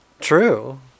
True